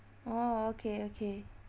orh okay okay